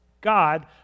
God